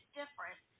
different